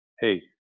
hey